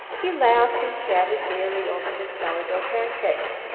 he laughed and chatted gayly over his sour-dough pancakes.